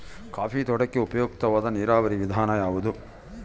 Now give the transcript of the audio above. Coffee ತೋಟಕ್ಕೆ ಉಪಯುಕ್ತವಾದ ನೇರಾವರಿ ವಿಧಾನ ಯಾವುದು?